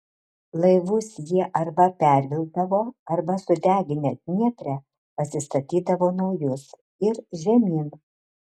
laivus jie arba pervilkdavo arba sudeginę dniepre pasistatydavo naujus ir žemyn